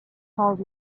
called